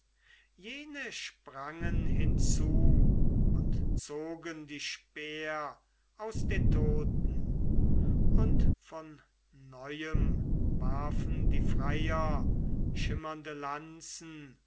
jene sprangen hinzu und zogen die speer aus den toten und von neuem warfen die freier schimmernde lanzen